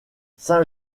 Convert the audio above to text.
saint